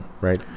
right